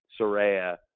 Soraya